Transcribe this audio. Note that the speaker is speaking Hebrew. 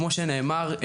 כמו שנאמר,